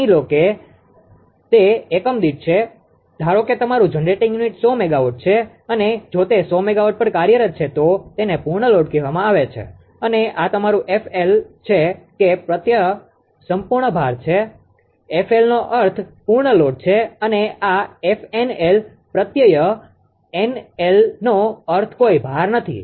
માની લો કે તે એકમ દીઠ છે ધારો કે તમારું જનરેટિંગ યુનિટ 100 મેગાવોટ છે અને જો તે 100 મેગાવોટ પર કાર્યરત છે તો તેને પૂર્ણ લોડ કહેવામાં આવે છે અને આ તમારું 𝑓𝐹𝐿 કે પ્રત્યય સંપૂર્ણ ભાર છે એફએલનો અર્થ પૂર્ણ લોડ છે અને આ 𝑓𝑁𝐿 પ્રત્યય એનએલનો અર્થ કોઈ ભાર નથી